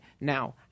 Now